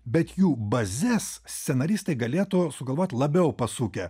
bet jų bazes scenaristai galėtų sugalvot labiau pasukę